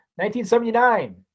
1979